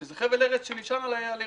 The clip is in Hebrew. שזה חבל ארץ שנשאר לירקות.